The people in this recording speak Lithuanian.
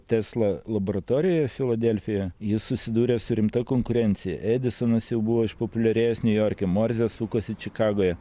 tesla laboratorijoj filadelfijoj jis susidūrė su rimta konkurencija edisonas jau buvo išpopuliarėjęs niujorke morzė sukosi čikagoje